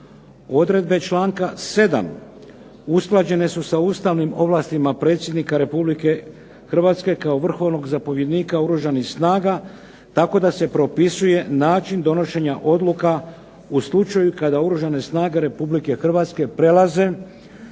Odredbe članka 7. usklađene su sa ustavnim ovlastima predsjednika RH kao vrhovnog zapovjednika Oružanih snaga tako da se propisuje način donošenja odluka u slučaju kada Oružane snage RH prelaze